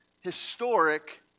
historic